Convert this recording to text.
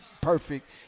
perfect